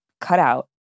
cutout